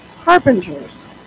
carpenters